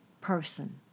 person